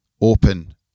Open